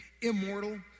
immortal